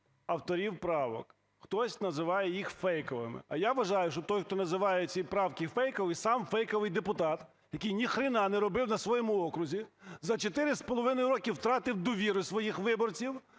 авторів правок. Хтось називає їх фейковими, а я вважаю, що той, хто називає ці правки фейковими, сам фейковий депутат, який ни хрена не робив на своєму окрузі, за 4,5 роки втратив довіру своїх виборців,